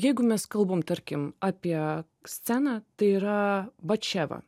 jeigu mes kalbam tarkim apie sceną tai yra bačeva